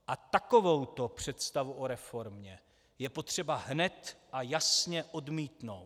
A takovouto představu o reformě je potřeba hned a jasně odmítnout.